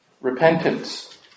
Repentance